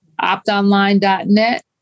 Optonline.net